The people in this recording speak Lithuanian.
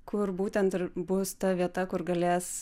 kur būtent ir bus ta vieta kur galės